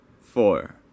four